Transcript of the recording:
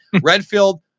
Redfield